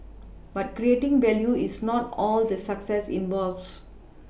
but creating value is not all that success involves